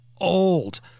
old